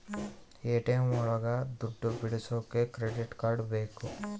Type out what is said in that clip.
ATM ಒಳಗ ದುಡ್ಡು ಬಿಡಿಸೋಕೆ ಕ್ರೆಡಿಟ್ ಕಾರ್ಡ್ ಬೇಕು